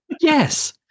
yes